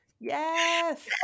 Yes